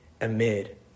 amid